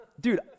dude